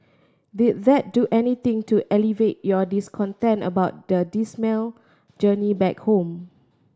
did that do anything to alleviate your discontent about the dismal journey back home